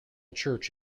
church